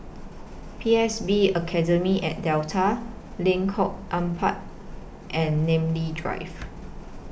P S B Academy At Delta Lengkok Empat and Namly Drive